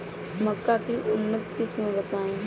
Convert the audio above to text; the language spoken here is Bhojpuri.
मक्का के उन्नत किस्म बताई?